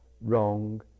wrong